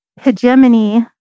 hegemony